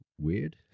weird